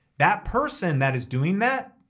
that person that is doing that,